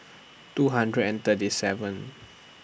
two hundred and thirty seventh